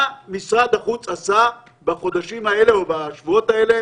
מה משרד החוץ עשה בחודשים האלה או בשבועות האלה